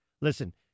Listen